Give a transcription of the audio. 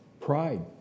Pride